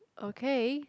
okay